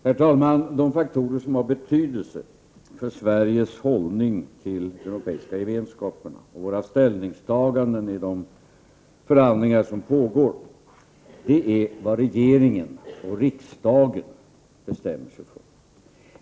Herr talman! Det som har betydelse för Sveriges hållning till den europeiska gemenskapen och för våra ställningstaganden i de förhandlingar som pågår är vad regering och riksdag bestämmer sig för.